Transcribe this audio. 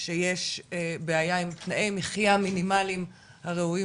שיש בעיה עם תנאיי מחייה מינימליים הראויים